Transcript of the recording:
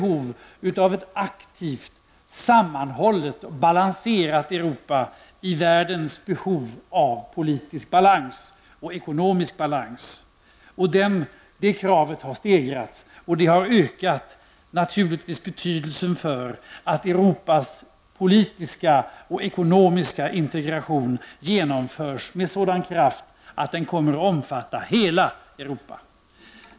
Av världens krav på politisk och ekonomisk balans följer ett allt större behov av ett aktivt, sammanhållet och balanserat Europa. Det kravet har stegrats, och det har naturligtvis ökat betydelsen av att Europas politiska och ekonomiska integration genomförs med sådan kraft att den kommer att omfatta hela Europa.